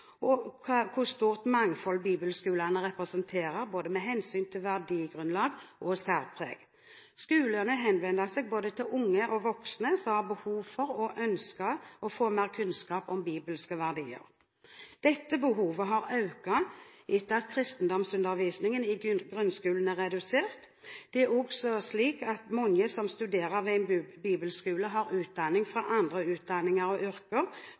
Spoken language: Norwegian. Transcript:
og hvor stort mangfold bibelskolene representerer, både med hensyn til verdigrunnlag og særpreg. Skolene henvender seg til både unge og voksne som har behov for og ønsker å få mer kunnskap om bibelske verdier. Dette behovet har økt etter at kristendomsundervisningen i grunnskolen er redusert. Det er også slik at mange som studerer ved en bibelskole, har bakgrunn fra andre utdanninger og yrker,